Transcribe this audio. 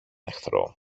εχθρό